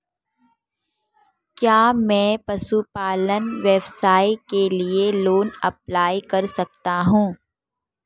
क्या मैं पशुपालन व्यवसाय के लिए लोंन अप्लाई कर सकता हूं?